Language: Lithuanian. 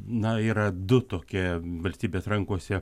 na yra du tokie valstybės rankose